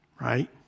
right